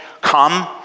come